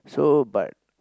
so but